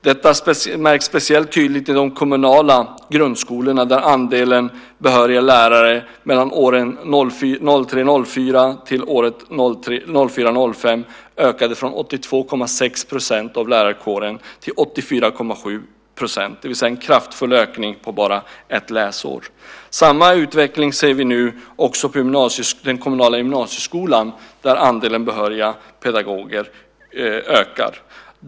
Detta märks speciellt tydligt i de kommunala grundskolorna där andelen behöriga lärare från 2003 05 ökade från 82,6 % av lärarkåren till 84,7 %, det vill säga en kraftfull ökning på bara ett läsår. Samma utveckling ser vi nu också i den kommunala gymnasieskolan där andelen behöriga pedagoger ökar.